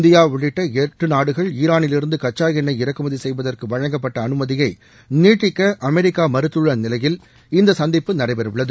India உள்ளிட்ட எட்டு நாடுகள் ஈரானிலிருந்து கச்சா எண்ணொய் இறக்குமதி செய்வதற்கு வழங்கப்பட்ட அனுமதியை நீட்டிக்க அமெரிக்கா மறுத்துள்ள நிலையில் இந்த சந்திப்பு நடைபெறவுள்ளது